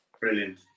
Brilliant